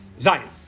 Zion